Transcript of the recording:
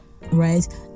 right